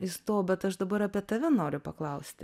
įstojau bet aš dabar apie tave noriu paklausti